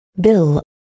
bill